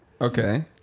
Okay